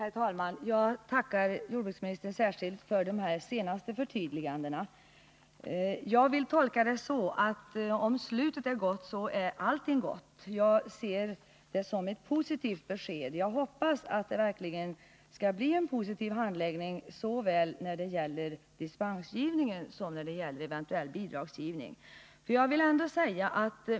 Herr talman! Jag tackar jordbruksministern särskilt för de här senaste förtydligandena. Jag tolkar det så att om slutet blir gott så är allting gott. Jag ser detta som ett positivt besked. Jag hoppas att det verkligen skall bli en positiv handläggning såväl när det gäller dispensgivningen som när det gäller en eventuell bidragsgivning.